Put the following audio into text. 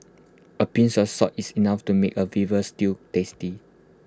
A pinch of salt is enough to make A stew tasty